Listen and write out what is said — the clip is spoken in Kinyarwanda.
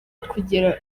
kugera